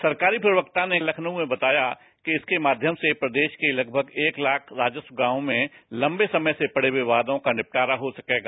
सरकारी प्रक्ता ने लखनऊ में बताया कि इसके माध्यम से प्रदेश के लगभग एक लाख राजस्व गांव में लंबे समय से पड़े विवादों का निपटारा हो सकेगा